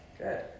Good